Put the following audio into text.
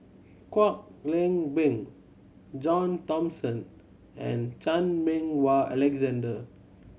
Kwek Leng Beng John Thomson and Chan Meng Wah Alexander